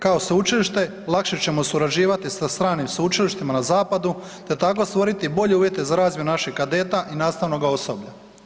Kao sveučilište, lakše ćemo surađivati sa stranim sveučilištima na zapadu te tako stvoriti bolje uvjete za razvoj naših kadeta i nastavnog osoblja.